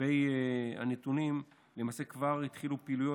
לגבי הנתונים, כבר התחילו פעילויות.